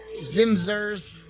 Zimzers